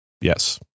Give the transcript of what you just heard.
yes